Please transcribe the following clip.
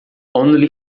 only